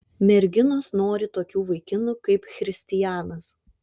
merginos nori tokių vaikinų kaip christijanas